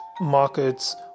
markets